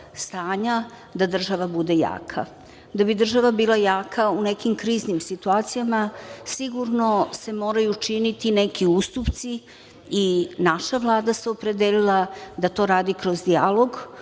da država bude jaka. Da bi država bila jaka u nekim kriznim situacijama, sigurno se moraju činiti neki ustupci i naša Vlada se opredelila da to radi kroz dijalog,